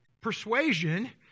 persuasion